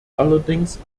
allerdings